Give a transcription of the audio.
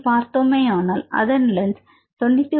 இதில் பார்த்தோமேயானால் அதன் லென்த் 99